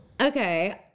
Okay